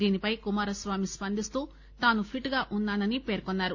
దీనిపై కుమారస్వామి స్పందిస్తూ తాను ఫిట్ గా ఉన్నానని పేర్కొన్నారు